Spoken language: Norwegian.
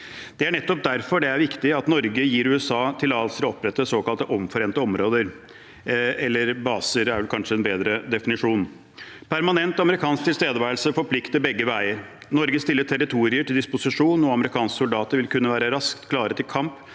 nettopp derfor det er viktig at Norge gir USA tillatelse til å opprette såkalte omforente områder, eller baser, som kanskje er en bedre definisjon. Permanent amerikansk tilstedeværelse forplikter begge veier. Norge stiller territorier til disposisjon, og amerikanske soldater vil kunne være raskt klare til kamp